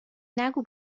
نگو